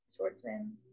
Schwartzman